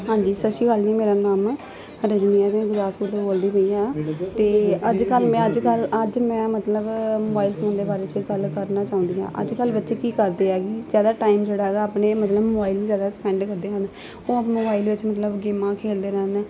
ਹਾਂਜੀ ਸਤਿ ਸ਼੍ਰੀ ਅਕਾਲ ਜੀ ਮੇਰਾ ਨਾਮ ਰਜਨੀ ਹੈ ਮੈ ਗੁਰਦਾਸਪੁਰ ਤੋਂ ਬੋਲਦੀ ਪਈ ਹਾਂ ਅਤੇ ਅੱਜ ਕੱਲ੍ਹ ਮੈਂ ਅੱਜ ਕੱਲ੍ਹ ਅੱਜ ਮੈਂ ਮਤਲਬ ਮੋਬਾਈਲ ਫੋਨ ਦੇ ਬਾਰੇ 'ਚ ਗੱਲ ਕਰਨਾ ਚਾਹੁੰਦੀ ਹਾਂ ਅੱਜ ਕੱਲ੍ਹ ਬੱਚੇ ਕੀ ਕਰਦੇ ਹੈਗੇ ਜ਼ਿਆਦਾ ਟਾਈਮ ਜਿਹੜਾ ਹੈਗਾ ਆਪਣੇ ਮਤਲਬ ਮੋਬਾਈਲ ਨੂੰ ਜ਼ਿਆਦਾ ਸਪੈਂਡ ਕਰਦੇ ਹਨ ਉਹ ਆਪਣੇ ਮੋਬਾਈਲ ਵਿਚ ਮਤਲਬ ਗੇਮਾਂ ਖੇਡਦੇ ਰਹਣ